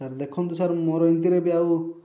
sir ଦେଖନ୍ତୁ sir ମୋର ଏମିତିରେ ବି ଆଉ